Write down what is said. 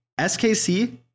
SKC